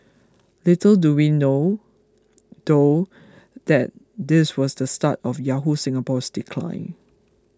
little do we know though that this was the start of Yahoo Singapore's decline